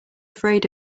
afraid